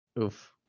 Oof